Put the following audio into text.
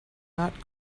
not